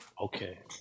okay